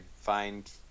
find